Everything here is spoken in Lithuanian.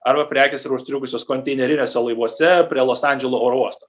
arba prekės yra užstrigusios konteineriniuose laivuose prie los andželo oro uosto